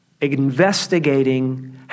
investigating